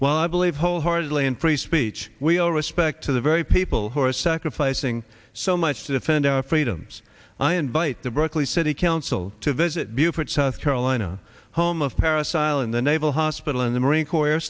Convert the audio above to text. well i believe wholeheartedly in free speech we all respect to the very people who are sacrificing so much to defend our freedoms i invite the berkeley city council to visit buford south carolina home of parris island the naval hospital and the marine corps